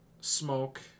Smoke